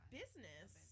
business